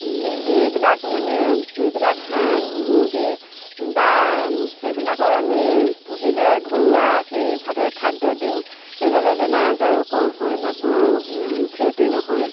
এইবিলাক মানে যিবিলাক হাঁহ মুৰ্গী বা সেইবিলাকৰ আমি পোহিলে ঘৰুৱাখিনি ভাৱে খাদ্য দিওঁ সেইবাবে বেমাৰ আজাৰো কম হয় মানুহৰো ক্ষতি নহয়